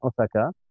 Osaka